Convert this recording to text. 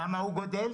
למה הוא גדל?